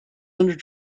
hundred